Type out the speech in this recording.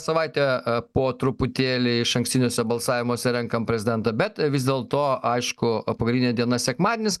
savaitę po truputėlį išankstiniuose balsavimuose renkam prezidentą bet vis dėlto aišku o pagrindinė diena sekmadienis